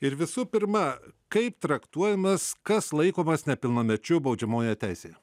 ir visų pirma kaip traktuojamas kas laikomas nepilnamečiu baudžiamojoje teisėje